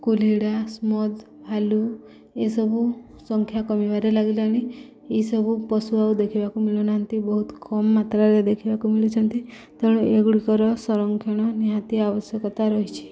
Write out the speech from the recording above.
ଆଲୁ ଏସବୁ ସଂଖ୍ୟା କମିବାରେ ଲାଗିଲାଣି ଏସବୁ ପଶୁ ଆଉ ଦେଖିବାକୁ ମିଳୁନାହାନ୍ତି ବହୁତ କମ୍ ମାତ୍ରାରେ ଦେଖିବାକୁ ମିଳୁଛନ୍ତି ତେଣୁ ଏଗୁଡ଼ିକର ସଂରକ୍ଷଣ ନିହାତି ଆବଶ୍ୟକତା ରହିଛି